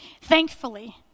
Thankfully